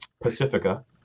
pacifica